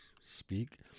speak